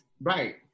right